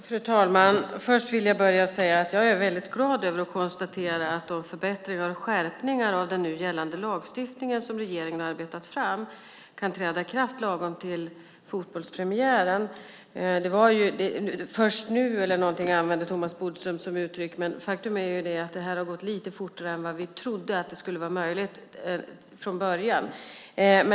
Fru talman! Först vill jag säga att jag är väldigt glad över att kunna konstatera att de förbättringar och skärpningar av den nu gällande lagstiftningen som regeringen har arbetat fram kan träda i kraft lagom till fotbollspremiären. Thomas Bodström använde uttrycket "först nu" eller någonting sådant. Men faktum är att det har gått lite fortare än vad vi från början trodde skulle vara möjligt.